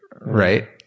Right